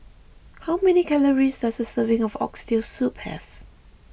how many calories does a serving of Oxtail Soup have